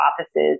offices